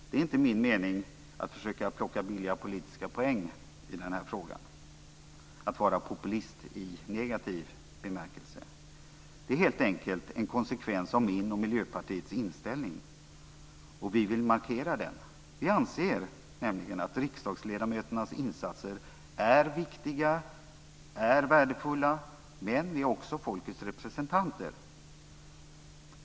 Det är inte min mening att försöka plocka billiga politiska poäng i frågan, att vara populist i negativ bemärkelse, utan det är helt enkelt fråga om en konsekvens av min och Miljöpartiets inställning och den vill vi markera. Vi anser nämligen att riksdagsledamöternas insatser är viktiga och värdefulla men vi är ju också folkets representanter.